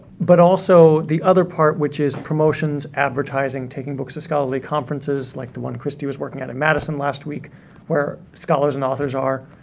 but also the other part which is promotions, advertising, taking books to scholarly conferences, like the one christy was working at in madison last week where scholars and authors are.